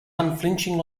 unflinching